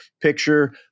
picture